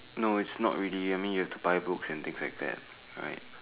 no it's not really I mean you have to buy books and things like that alright